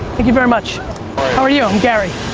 thank you very much. how are you, i'm gary.